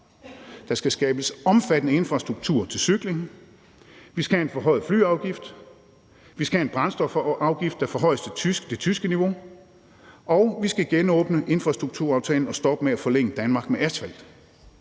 der skal skabes omfattende infrastruktur til cykling; vi skal have en forhøjet flyafgift; vi skal have en brændstofafgift, der forhøjes til det tyske niveau; og vi skal genåbne infrastrukturaftalen og stoppe med at forlænge Danmark med asfalt.